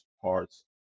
parts